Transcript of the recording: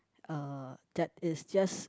uh that is just